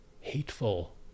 hateful